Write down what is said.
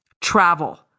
Travel